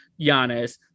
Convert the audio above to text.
Giannis